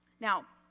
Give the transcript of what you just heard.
now